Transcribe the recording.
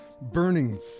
burning